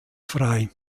frei